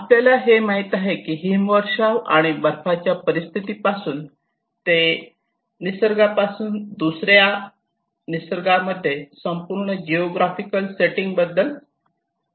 आपल्याला माहित आहे की हिमवर्षाव आणि बर्फाच्या परिस्थितीपासून ते एका निसर्गापासून दुसर्या निसर्गामध्ये संपूर्ण जिऑग्राफिकल सेटिंग सोबत कसे बदलतात